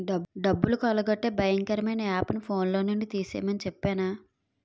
డబ్బులు కొల్లగొట్టే భయంకరమైన యాపుని ఫోన్లో నుండి తీసిమని చెప్పేనా